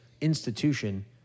institution